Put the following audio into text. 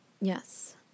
Yes